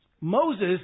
Moses